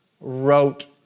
wrote